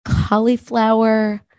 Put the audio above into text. Cauliflower